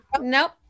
Nope